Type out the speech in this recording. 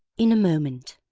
in a moment.